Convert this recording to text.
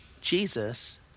Jesus